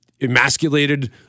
emasculated